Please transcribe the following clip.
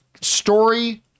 story